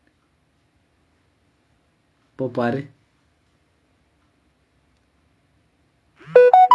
போய் பாரு:poi paaru